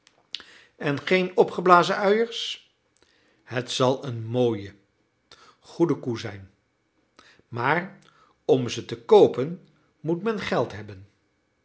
en geen opgeblazen uiers het zal een mooie goede koe zijn maar om ze te koopen moet men geld hebben